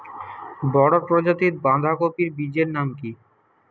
বড় প্রজাতীর বাঁধাকপির বীজের নাম কি?